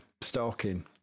stalking